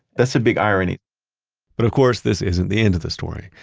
that's a big irony but of course this isn't the end of the story.